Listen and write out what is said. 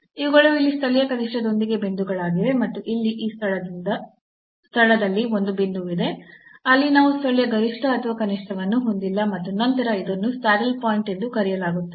ಇವುಗಳು ಇಲ್ಲಿ ಸ್ಥಳೀಯ ಕನಿಷ್ಠದೊಂದಿಗೆ ಬಿಂದುಗಳಾಗಿವೆ ಮತ್ತು ಇಲ್ಲಿ ಈ ಸ್ಥಳದಲ್ಲಿ ಒಂದು ಬಿಂದುವಿದೆ ಅಲ್ಲಿ ನಾವು ಸ್ಥಳೀಯ ಗರಿಷ್ಠ ಅಥವಾ ಕನಿಷ್ಠವನ್ನು ಹೊಂದಿಲ್ಲ ಮತ್ತು ನಂತರ ಇದನ್ನು ಸ್ಯಾಡಲ್ ಪಾಯಿಂಟ್ ಎಂದು ಕರೆಯಲಾಗುತ್ತದೆ